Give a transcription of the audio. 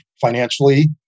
financially